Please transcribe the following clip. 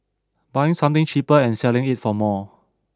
buying something cheaper and selling it for more